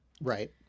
Right